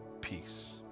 peace